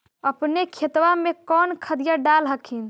अपने खेतबा मे कौन खदिया डाल हखिन?